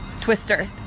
Twister